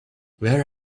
where